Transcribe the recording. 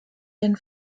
den